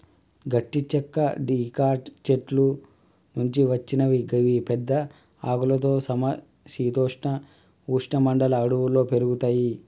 గట్టి చెక్క డికాట్ చెట్ల నుంచి వచ్చినవి గివి పెద్ద ఆకులతో సమ శీతోష్ణ ఉష్ణ మండల అడవుల్లో పెరుగుతయి